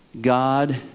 God